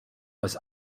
was